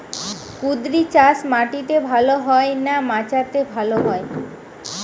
কুঁদরি চাষ মাটিতে ভালো হয় না মাচাতে ভালো হয়?